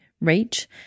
reach